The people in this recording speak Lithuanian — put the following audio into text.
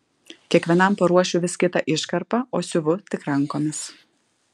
kiekvienam paruošiu vis kitą iškarpą o siuvu tik rankomis